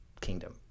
kingdom